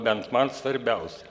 bent man svarbiausia